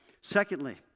Secondly